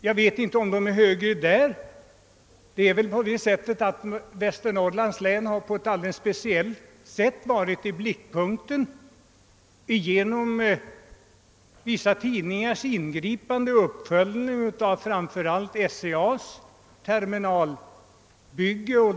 Jag vet inte om den är högre där — Västernorrlands län har väl på ett speciellt sätt kommit i blickpunkten på grund av vissa tidningars ingripande och uppföljning och framför allt SCA:s terminalbygge.